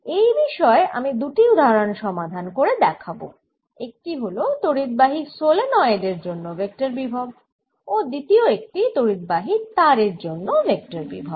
এই বিষয়ে আমি দুটি উদাহরন সমাধান করে দেখাব একটি হল তড়িদবাহি সলেনয়েডের জন্য ভেক্টর বিভব ও দ্বিতীয় একটি তড়িদবাহি তারের জন্য ভেক্টর বিভব